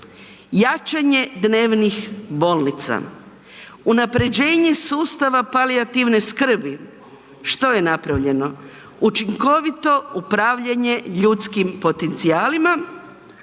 Jačanje dnevnih bolnica, unapređenje sustava palijativne skrbi, što je napravljeno? Učinkovito upravljanje ljudskim potencijalima